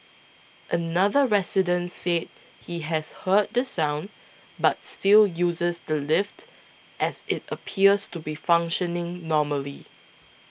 another resident said he has heard the sound but still uses the lift as it appears to be functioning normally